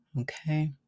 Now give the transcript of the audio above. Okay